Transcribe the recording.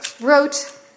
wrote